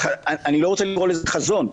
אני לא רוצה לקרוא לזה חזון,